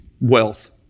wealth